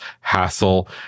hassle